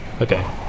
okay